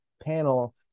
panel